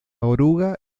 oruga